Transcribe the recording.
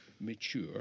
mature